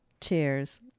Cheers